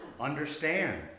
understand